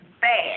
bad